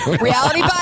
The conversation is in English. reality